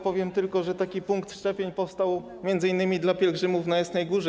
Powiem tylko, że punkt szczepień powstał m.in. dla pielgrzymów na Jasnej Górze.